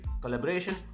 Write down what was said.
collaboration